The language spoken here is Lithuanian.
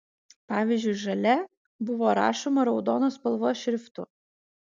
pavyzdžiui žalia buvo rašoma raudonos spalvos šriftu